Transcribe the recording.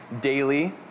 daily